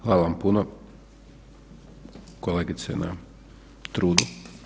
Hvala vam puno kolegice na trudu.